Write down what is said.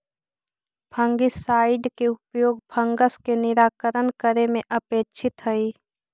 fungicide के उपयोग fungus के निराकरण करे में अपेक्षित हई